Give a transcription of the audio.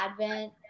advent